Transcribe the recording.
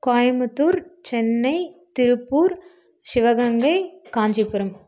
Coimbatore Chennai Tiruppur Sivaganga Kanchipuram